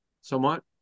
somewhat